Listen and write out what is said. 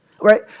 right